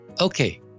Okay